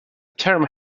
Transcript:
term